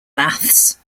maths